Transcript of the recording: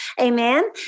Amen